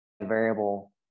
variable